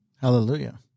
Hallelujah